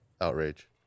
outrage